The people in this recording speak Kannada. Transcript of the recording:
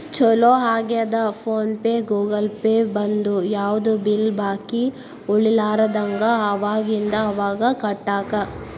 ಚೊಲೋ ಆಗ್ಯದ ಫೋನ್ ಪೇ ಗೂಗಲ್ ಪೇ ಬಂದು ಯಾವ್ದು ಬಿಲ್ ಬಾಕಿ ಉಳಿಲಾರದಂಗ ಅವಾಗಿಂದ ಅವಾಗ ಕಟ್ಟಾಕ